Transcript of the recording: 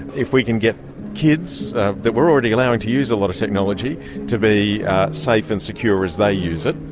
if we can get kids that we're already allowing to use a lot of technology to be safe and secure as they use it,